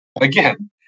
again